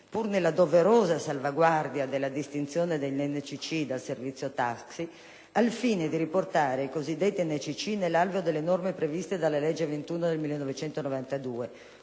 pur nella doverosa salvaguardia della distinzione degli NCC dal servizio taxi, al fine di riportare i cosiddetti NCC nell'alveo delle norme previste dalla legge n. 21 del 1992